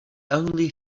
only